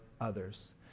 others